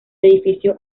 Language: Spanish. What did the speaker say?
edificio